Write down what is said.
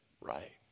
Right